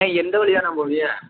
அண்ணேன் எந்த வழியாகண்ண போவிக